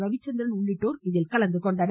ரவிச்சந்திரன் உள்ளிட்டோர் கலந்துகொண்டனர்